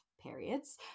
periods